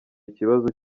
ikibazo